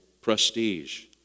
prestige